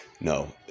No